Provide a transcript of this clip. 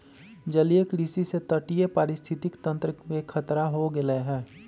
जलीय कृषि से तटीय पारिस्थितिक तंत्र के खतरा हो गैले है